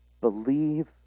Believe